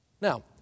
Now